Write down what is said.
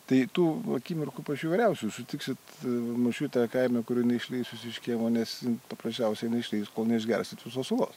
tai tų akimirkų pačių įvairiausių sutiksit močiutę kaime kur neišleis jus iš kiemo nes paprasčiausiai neišleis kol neišgersit visos sulos